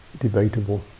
debatable